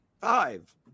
five